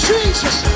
Jesus